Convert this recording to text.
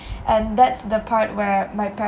and that's the part where my